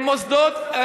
הכנסת ומוסד נשיאות.